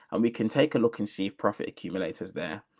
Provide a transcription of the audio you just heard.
and we can take a look and see if profit accumulators there.